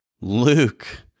luke